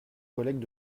collègues